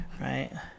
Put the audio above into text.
Right